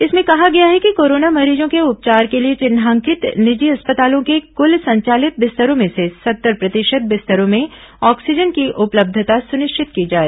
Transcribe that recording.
इसमें कहा गया है कि कोरोना मरीजों के उपचार के लिए विभाग ने इस चिन्हांकित निजी अस्पतालों के कुल संचालित बिस्तरों में से सत्तर प्रतिशत बिस्तरों में ऑक्सीजन की उपलब्धता सुनिश्चित की जाए